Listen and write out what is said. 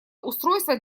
устройства